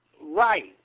Right